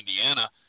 Indiana